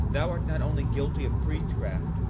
thou art not only guilty of priestcraft,